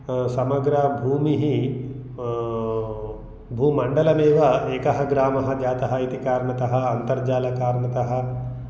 समग्रभूमिः भूमण्डलमेव एकः ग्रामः जातः इति कारणतः अन्तर्जालकारणतः